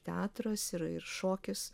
teatras ir ir šokis